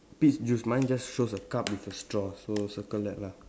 peach juice mine just shows a cup with a straw so circle that lah